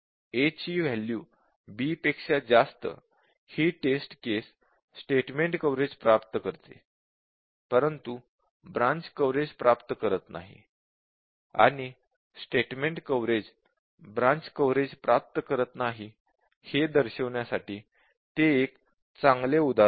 a ची value b पेक्षा जास्त हि टेस्ट केस स्टेटमेंट कव्हरेज प्राप्त करते परंतु ब्रांच कव्हरेज प्राप्त करत नाही आणि स्टेटमेंट कव्हरेज ब्रांच कव्हरेज प्राप्त करत नाही हे दर्शविण्यासाठी ते एक चांगले उदाहरण आहे